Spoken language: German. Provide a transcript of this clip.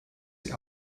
sie